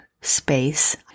space